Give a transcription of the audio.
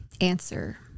Answer